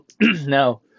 Now